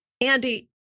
Andy